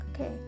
Okay